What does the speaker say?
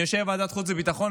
אני יושב בוועדת חוץ וביטחון,